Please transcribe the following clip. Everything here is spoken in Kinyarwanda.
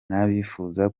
n’abifuza